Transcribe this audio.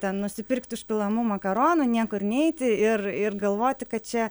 ten nusipirkt užpilamų makaronų niekur neiti ir ir galvoti kad čia